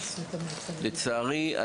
לצערי,